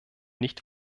nicht